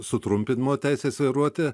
sutrumpinimo teisės vairuoti